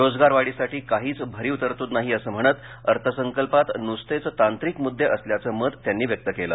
रोजगार वाढीसाठी काहीच भरीव तरतूद नाही असं म्हणत अर्थसंकल्पात नुसतेच तांत्रिक मुद्दे असल्याचं मत त्यांनी व्यक्त केलं